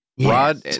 Rod